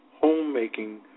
homemaking